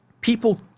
people